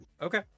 okay